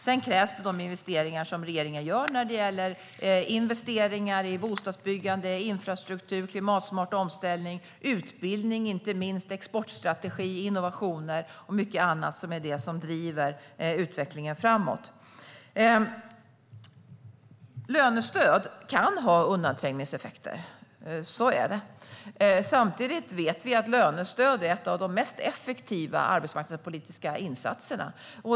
Sedan krävs de investeringar som regeringen gör när det gäller i bostadsbyggande, infrastruktur, klimatsmart omställning, inte minst utbildning, exportstrategi, innovationer och mycket annat för att driva utvecklingen framåt. Lönestöd kan ha undanträngningseffekter; så är det. Samtidigt vet vi att lönestöd är en av de mest effektiva arbetsmarknadspolitiska insatserna.